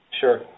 Sure